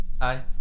Hi